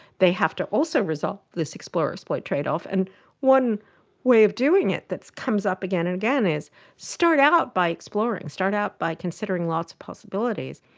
they have to also resolve this explore exploit trade-off, and one way of doing it that comes up again and again is start out by exploring, start out by considering lots of possibilities,